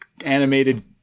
animated